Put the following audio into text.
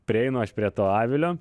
prieinu aš prie to avilio